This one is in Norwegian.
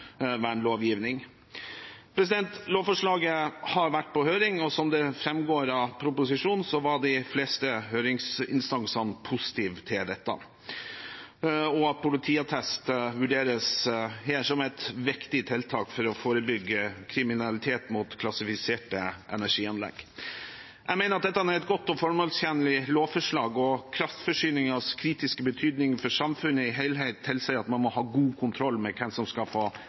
Lovforslaget har vært på høring, og som det framgår av proposisjonen, var de fleste høringsinstansene positive til dette og til at politiattest vurderes som et viktig tiltak for å forebygge kriminalitet mot klassifiserte energianlegg. Jeg mener at dette er et godt og formålstjenlig lovforslag. Kraftforsyningens kritiske betydning for samfunnet som helhet tilsier at man må ha god kontroll med hvem som skal få